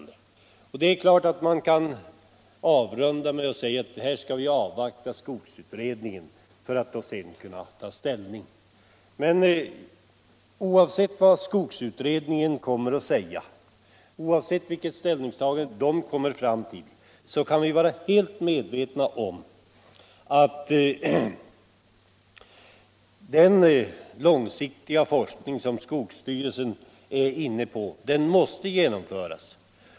Det är klart att det kan sägas att vi skall avvakta skogsutredningen för att sedan kunna ta ställning, men oavsett vilket ställningstagande skogsutredningen kommer fram till så kan vi vara helt medvetna om att den långsiktiga forskning som skogsstyrelsen är inne på måste genomföras.